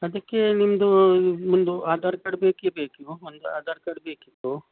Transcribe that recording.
ಅದಕ್ಕೆ ನಿಮ್ಮದು ಒಂದು ಆಧಾರ್ ಕಾರ್ಡ್ ಬೇಕೇ ಬೇಕು ಒಂದು ಆಧಾರ್ ಕಾರ್ಡ್ ಬೇಕಿತ್ತು